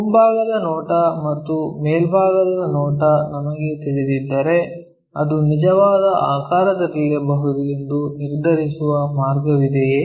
ಮುಂಭಾಗದ ನೋಟ ಮತ್ತು ಮೇಲ್ಭಾಗದ ನೋಟ ನಮಗೆ ತಿಳಿದಿದ್ದರೆ ಅದು ನಿಜವಾದ ಆಕಾರದಲ್ಲಿರಬಹುದೆಂದು ನಿರ್ಧರಿಸುವ ಮಾರ್ಗವಿದೆಯೇ